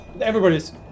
Everybody's